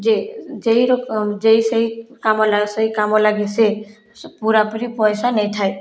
ଯେ ଜେଇର ଜେଇ ସେହି କାମ ଲାଗି ସେହି କାମ ଲାଗି ସେ ପୁରାପୁରି ପଇସା ନେଇଥାଏ